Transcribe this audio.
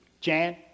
Jan